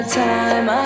time